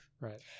Right